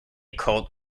cult